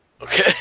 Okay